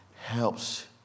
Helps